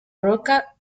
roca